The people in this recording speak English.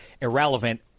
irrelevant